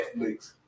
netflix